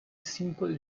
simply